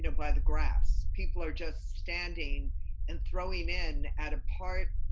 and by the grass. people are just standing and throwing in at a part